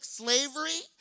slavery